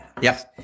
Yes